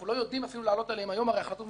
לעלות עליהם היום הרי החלטות מועצת רמ"י,